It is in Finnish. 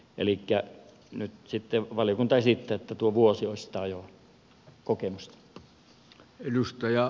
elikkä nyt valiokunta esittää että tuo vuosi olisi sitä ajokokemusta